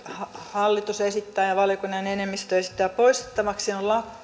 hallitus esittää ja valiokunnan enemmistö esittää poistettavaksi